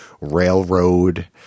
railroad